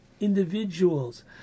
Individuals